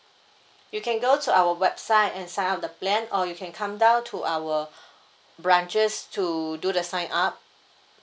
you can go to our website and sign up the plan or you can come down to our branches to do the sign up